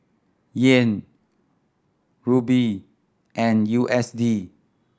Yen Rupee and U S D